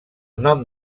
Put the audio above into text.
nom